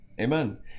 Amen